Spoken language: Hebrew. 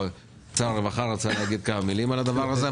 שר הרווחה רצה להגיד כמה מילים על הדבר הזה.